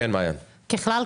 ככלל,